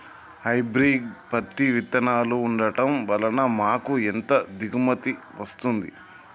Hybrid పత్తి విత్తనాలు వాడడం వలన మాకు ఎంత దిగుమతి వస్తుంది?